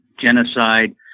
genocide